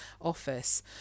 office